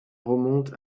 remonte